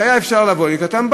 כשהיה אפשר לבוא לקראתם,